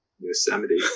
Yosemite